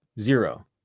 Zero